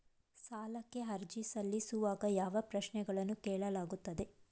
ಸಾಲಕ್ಕೆ ಅರ್ಜಿ ಸಲ್ಲಿಸುವಾಗ ಯಾವ ಪ್ರಶ್ನೆಗಳನ್ನು ಕೇಳಲಾಗುತ್ತದೆ?